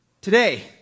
today